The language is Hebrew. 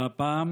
והפעם